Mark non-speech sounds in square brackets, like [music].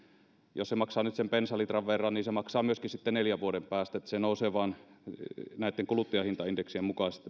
jos se maksaa nyt sen bensalitran verran niin se maksaa sen myöskin sitten neljän vuoden päästä että tämä polttoaineverotus nousee vain näitten kuluttajahintaindeksien mukaisesti [unintelligible]